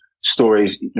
stories